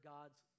God's